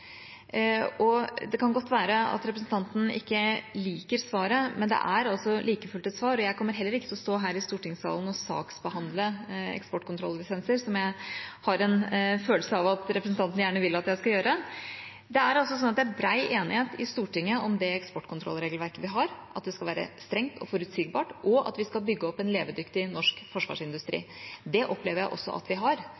Det kan godt være at representanten ikke liker svaret, men det er like fullt et svar. Jeg kommer ikke til å stå her i stortingssalen og saksbehandle eksportkontrollisenser, som jeg har en følelse av at representanten gjerne vil jeg skal gjøre. Det er altså bred enighet i Stortinget om det eksportkontrollregelverket vi har, at det skal være strengt og forutsigbart, og at vi skal bygge opp en levedyktig norsk forsvarsindustri.